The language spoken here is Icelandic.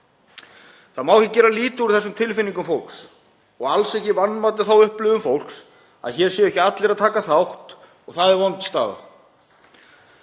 Það má ekki gera lítið úr þessum tilfinningum fólks og alls ekki vanmeta þá upplifun fólks að hér séu ekki allir að taka þátt. Það er vond staða.